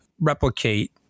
replicate